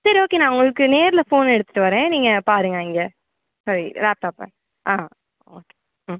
சரி ஓகே நான் உங்களுக்கு நேரில் ஃபோன் எடுத்துகிட்டு வரேன் நீங்கள் பாருங்கள் இங்கே சாரி லேப்டாப்பை ஆ ஓகே ம்